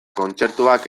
kontzertuak